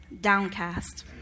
downcast